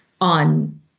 on